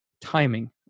timing